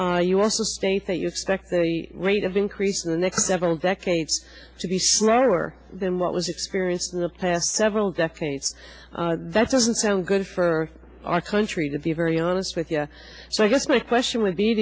trend you also state that you stack the rate of increase in the next several decades to be slower than what was experienced in the past several decades that doesn't sound good for our country to be very honest with you so i guess my question would be